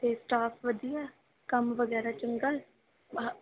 ਅਤੇ ਸਟਾਫ ਵਧੀਆ ਹੈ ਕੰਮ ਵਗੈਰਾ ਚੰਗਾ ਹੈ